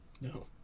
No